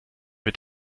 mit